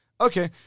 Okay